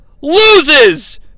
loses